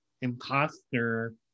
imposter